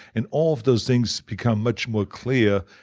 and all of those things become much more clear.